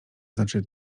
znaczy